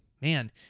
man